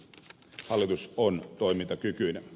hallitus on toimintakykyinen